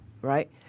right